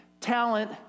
talent